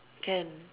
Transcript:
can